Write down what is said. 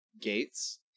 Gates